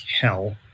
hell